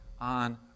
on